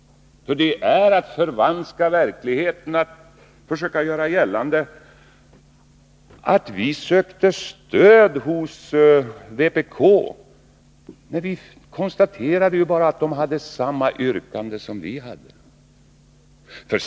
För det är att förvanska verkligheten att försöka göra gällande att vi sökte stöd hos vpk, när vi bara konstaterade att de hade samma yrkande som vi hade.